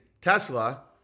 Tesla